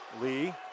Lee